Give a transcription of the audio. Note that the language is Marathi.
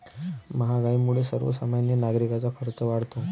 महागाईमुळे सर्वसामान्य नागरिकांचा खर्च वाढतो